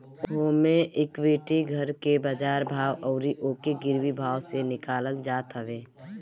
होमे equity घर के बाजार भाव अउरी ओके गिरवी भाव से निकालल जात हवे